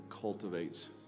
cultivates